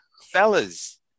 Fellas